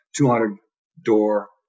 200-door